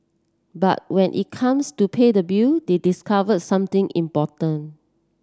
but when it comes to pay the bill they discovered something important